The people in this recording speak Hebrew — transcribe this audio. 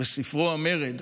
בספרו "המרד",